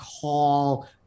call